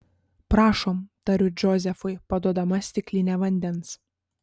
prašom tariu džozefui paduodama stiklinę vandens